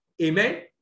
Amen